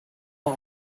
pod